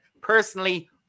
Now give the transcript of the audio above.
Personally